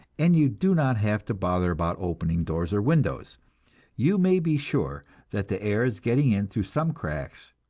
and you do not have to bother about opening doors or windows you may be sure that the air is getting in through some cracks,